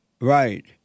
Right